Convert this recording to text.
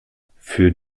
für